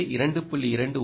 எனவே 2